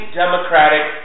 democratic